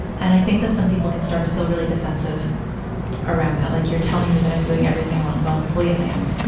and i think that some people can start to feel really defensive around that. like you're telling me that i'm doing everything wrong. well, well yes, i am,